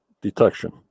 detection